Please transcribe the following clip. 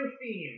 theme